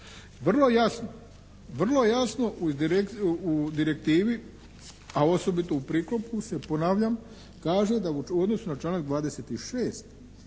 vrlo je jasno u direktivi, a osobito u priklopu se ponavljam kaže da u odnosu na članak 26.